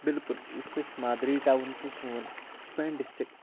بالکُل یُس اسہِ مادری ٹاوُن چھُ سون شُپیان ڈِسٹرک